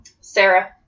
Sarah